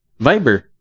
Viber